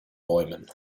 bäumen